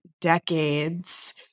decades